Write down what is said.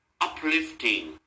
uplifting